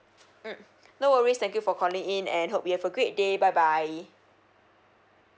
mm no worries thank you for calling in and hope you have a great day bye bye